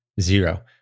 zero